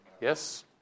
Yes